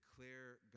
declare